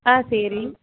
ஆ சரி